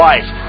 life